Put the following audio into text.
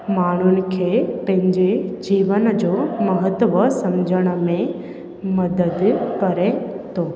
माण्हुनि खे पंहिंजे जीवन जो महत्व सम्झण में मदद करे थो